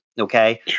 okay